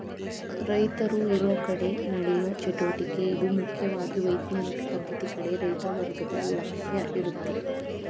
ರೈತರು ಇರೋಕಡೆ ನಡೆಯೋ ಚಟುವಟಿಕೆ ಇದು ಮುಖ್ಯವಾಗಿ ವೈಜ್ಞಾನಿಕ ಪದ್ಧತಿ ಕಡೆ ರೈತ ವರ್ಗದ ಲಕ್ಷ್ಯ ಇರುತ್ತೆ